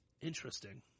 Interesting